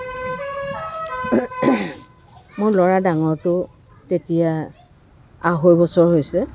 মোৰ ল'ৰা ডাঙৰটো তেতিয়া আঢ়ৈ বছৰ হৈছে